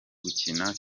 gukina